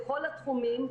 בכל התחומים,